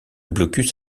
blocus